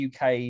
uk